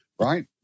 right